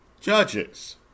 judges